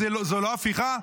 זו לא הפיכה?